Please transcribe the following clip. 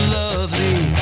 lovely